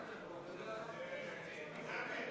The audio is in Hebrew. חמש דקות לרשותך, בבקשה.